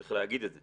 צריך להגיד את זה.